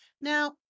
Now